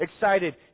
excited